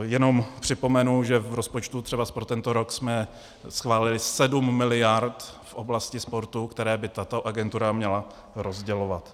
Jenom připomenu, že v rozpočtu třeba pro tento rok jsme schválili sedm miliard v oblasti sportu, které by tato agentura měla rozdělovat.